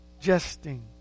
jesting